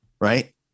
Right